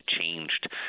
changed